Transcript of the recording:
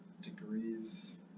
degrees